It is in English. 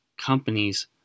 companies